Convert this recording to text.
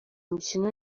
umukino